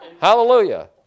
Hallelujah